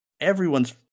Everyone's